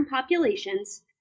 populations